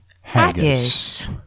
haggis